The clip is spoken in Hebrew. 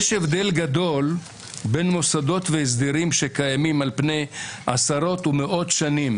יש הבדל גדול בין מוסדות והסדרים שקיימים על פני עשרות ומאות שנים,